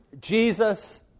Jesus